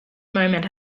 moment